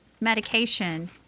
medication